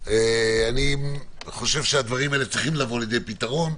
אני חושב שהדברים האלה צריכים לבוא לידי פתרון.